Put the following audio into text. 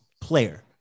player